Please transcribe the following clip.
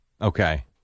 Okay